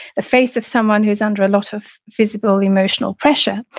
the face of someone who's under a lot of physical emotional pressure.